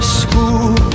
school